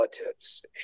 relatives